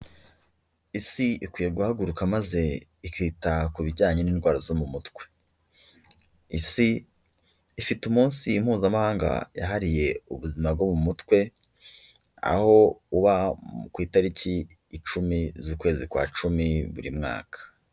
Isi ikwiye guhaguruka maze ikita ku bijyanye n'indwara zo mu mutwe. Isi ifite umunsi mpuzamahanga yahariye ubuzima bwo mu mutwe, aho uba ku itariki icumi, z'ukwezi kwa cumi, buri mwaka.